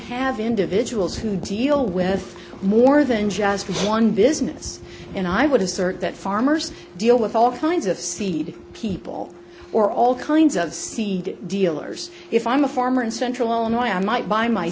have individuals who deal with more than just one business and i would assert that farmers deal with all kinds of seed people or all kinds of seed dealers if i'm a farmer in central illinois i might buy my